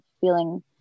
feeling